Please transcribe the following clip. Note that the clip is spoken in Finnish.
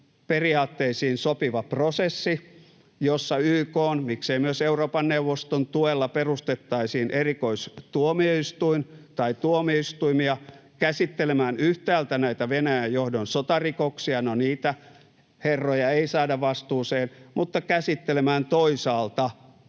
periaatteisiin sopiva prosessi, jossa YK:n, miksei myös Euroopan neuvoston, tuella perustettaisiin erikoistuomioistuin tai ‑tuomioistuimia yhtäältä käsittelemään näitä Venäjän johdon sotarikoksia — no, niitä herroja ei saada vastuuseen — mutta toisaalta